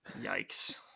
yikes